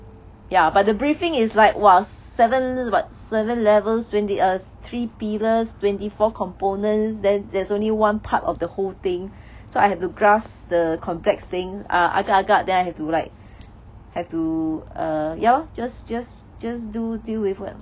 ya but the briefing is like !wah! seven about seven levels twenty err three pillars twenty four components then there's only one part of the whole thing so I have to grasp the complex thing ah agak agak then I have to like have to err ya loh just just just do deal with [what]